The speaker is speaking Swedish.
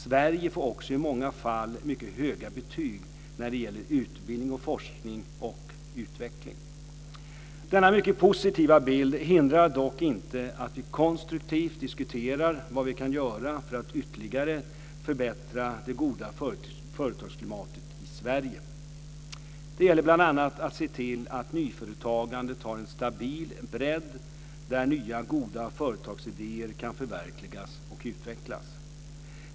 Sverige får också i många fall mycket höga betyg när det gäller utbildning och forskning och utveckling. Denna mycket positiva bild hindrar dock inte att vi konstruktivt diskuterar vad vi kan göra för att ytterligare förbättra det goda företagarklimatet i Sverige. Det gäller bl.a. att se till att nyföretagandet har en stabil bredd där nya goda företagsidéer kan förverkligas och utvecklas.